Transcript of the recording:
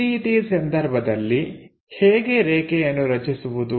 ಈ ರೀತಿಯ ಸಂದರ್ಭದಲ್ಲಿ ಹೇಗೆ ರೇಖೆಯನ್ನು ರಚಿಸುವುದು